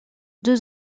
deux